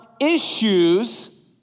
issues